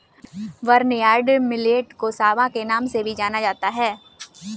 barnyard millet को सांवा के नाम से भी जाना जाता है